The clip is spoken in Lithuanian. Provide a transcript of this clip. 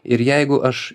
ir jeigu aš